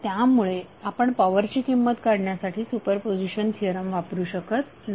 त्यामुळे आपण पॉवरची किंमत काढण्यासाठी सुपरपोझिशन थिअरम वापरू शकत नाही